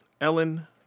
Ellen